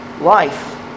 life